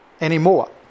anymore